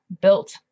Built